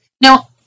Now